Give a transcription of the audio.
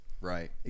Right